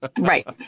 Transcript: Right